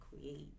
create